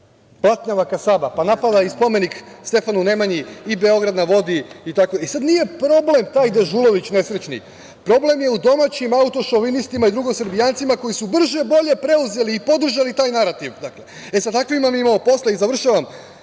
blatnjava kasaba, pa napada i spomenik Stefanu Nemanji i „Beograd na vodi“ itd. Nije problem taj nesrećni Dežulović, problem je u domaćim autošovinistima i drugosrbijancima koji su brže-bolje preuzeli i podržali taj narativ. E, sa takvima mi imamo posla. Sasvim